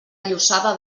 llossada